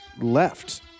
left